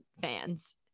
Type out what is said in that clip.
fans